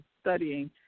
studying